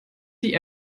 die